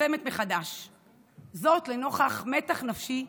מתעצמת מחדש, זאת, לנוכח מתח נפשי,